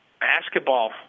basketball